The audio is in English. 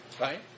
right